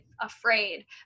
afraid